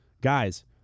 Guys